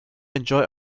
enjoy